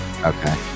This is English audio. Okay